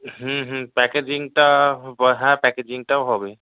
হুম হুম প্যাকেজিংটা হ্যাঁ প্যাকেজিংটাও হবে